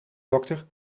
dokter